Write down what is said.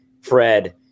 Fred